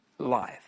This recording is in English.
Life